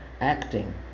acting